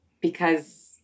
because-